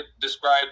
describe